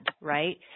right